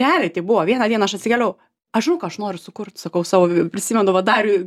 realiai tai buvo vieną dieną aš atsikėliau aš žinau ką aš noriu sukurt sakau savo prisimenu va dariui